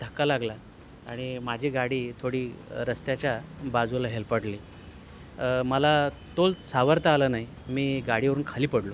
धक्का लागला आणि माझी गाडी थोडी रस्त्याच्या बाजूला हेलपाडली मला तोल सावरता आला नाही मी गाडीवरून खाली पडलो